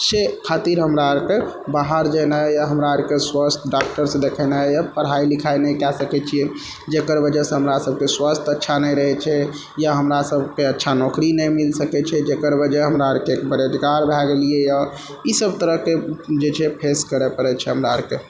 से खातिर हमरा आरके बाहर जेनाइ या हमरा आरके स्वस्थ डॉक्टरसँ देखेनाय यऽ पढ़ाइ लिखाइ नहि कए सकै छियै जकर वजहसँ हमरा सभके स्वस्थ अच्छा नहि रहै छै या हमरा सभके अच्छा नौकरी नहि मिल सकै छै जकर वजह हमरा आरके बरेधिकार भए गेलियै यऽ ई सभ तरहके जे छै फेस करै पड़ै छै हमरा आरके